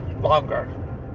longer